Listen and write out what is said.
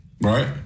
right